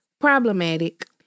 problematic